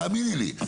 תאמיני לי.